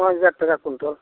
पाँच हजार टका क्वींटल